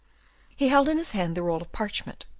he held in his hand the roll of parchment,